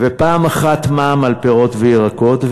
ופעם אחת מע"מ על פירות וירקות,